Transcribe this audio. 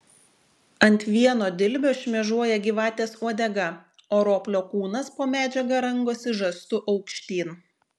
ant vieno dilbio šmėžuoja gyvatės uodega o roplio kūnas po medžiaga rangosi žastu aukštyn